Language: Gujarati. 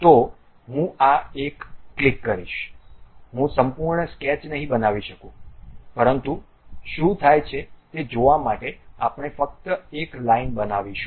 તો હું આ એક ક્લિક કરીશ હું સંપૂર્ણ સ્કેચ નહીં બનાવી શકું પરંતુ શું થાય છે તે જોવા માટે આપણે ફક્ત એક લાઈન બનાવીશું